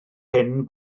hyn